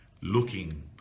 looking